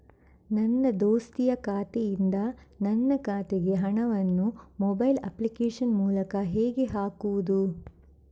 ನನ್ನ ದೋಸ್ತಿಯ ಖಾತೆಯಿಂದ ನನ್ನ ಖಾತೆಗೆ ಹಣವನ್ನು ಮೊಬೈಲ್ ಅಪ್ಲಿಕೇಶನ್ ಮೂಲಕ ಹೇಗೆ ಹಾಕುವುದು?